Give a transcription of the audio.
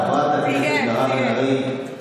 חברת הכנסת מירב בן ארי,